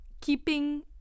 Keeping